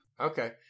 Okay